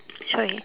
sorry